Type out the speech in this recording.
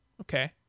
Okay